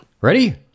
Ready